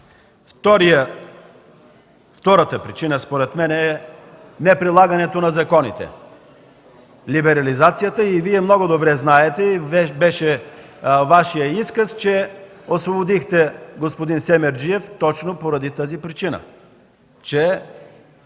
Втората причина според мен е неприлагането на законите, либерализацията. Вие много добре знаете и Вашият изказ беше, че освободихте господин Семерджиев точно по тази причина